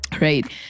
right